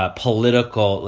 ah political,